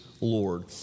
Lord